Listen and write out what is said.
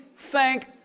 thank